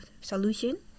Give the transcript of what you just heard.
solution